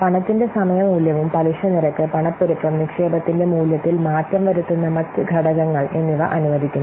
പണത്തിന്റെ സമയ മൂല്യവും പലിശനിരക്ക് പണപ്പെരുപ്പം നിക്ഷേപത്തിന്റെ മൂല്യത്തിൽ മാറ്റം വരുത്തുന്ന മറ്റ് ഘടകങ്ങൾ എന്നിവ അനുവദിക്കുന്നു